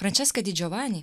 frančeska di džovani